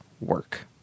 work